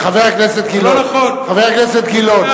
חבר הכנסת גילאון,